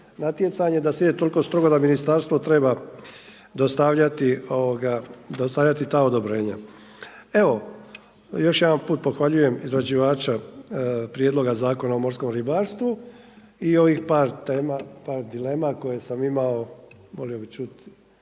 natjecanje, da se ide toliko strogo da ministarstvu treba dostavljati, ovoga, dostavljati ta odobrenja. Evo još jedan put pohvaljujem izrađivača prijedloga Zakona o morskom ribarstvu i ovih par tema, par dilema koje sam imao volio bi čut